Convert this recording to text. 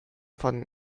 von